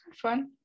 fun